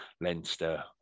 Leinster